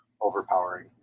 overpowering